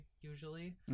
usually